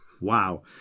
Wow